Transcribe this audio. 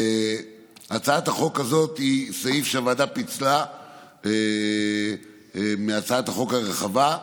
הצעת החוק הזאת היא סעיף שהוועדה פיצלה מהצעת החוק הרחבה.